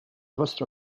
vostro